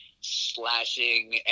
slashing